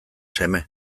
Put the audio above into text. seme